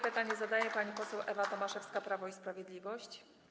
Pytanie zadaje pani poseł Ewa Tomaszewska, Prawo i Sprawiedliwość.